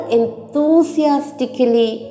enthusiastically